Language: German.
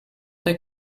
der